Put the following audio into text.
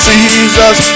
Jesus